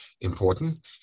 important